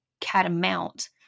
catamount